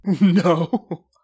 no